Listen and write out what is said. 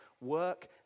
work